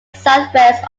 southwest